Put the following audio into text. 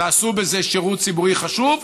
תעשו בזה שירות ציבורי חשוב,